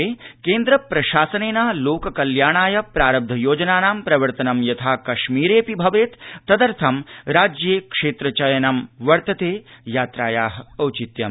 देशे केन्द्रप्रशासनेन लोक कल्याणाय प्रारब्ध योजनानां प्रवर्तनं यथा कश्मीरऽपि भवेत् तदर्थं राज्ये क्षेत्र चयनं वर्तते यात्रायाः औचित्यम्